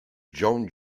john